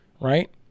right